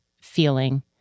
feeling